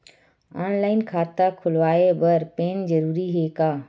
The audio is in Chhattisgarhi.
ऑनलाइन खाता खुलवाय बर पैन जरूरी हे का?